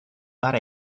but